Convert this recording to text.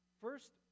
First